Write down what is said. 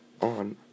on